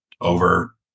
over